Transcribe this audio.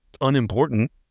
unimportant